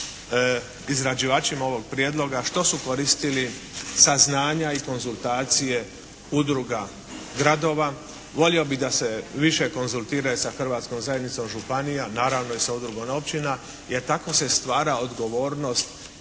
izrađivačima ovog prijedloga što su koristili saznanja i konzultacije udruga gradova. Volio bi da se više konzultiraju sa Hrvatskom zajednicom županija. Naravno i sa udrugom općina jer tako se stvara odgovornost